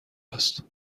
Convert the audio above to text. است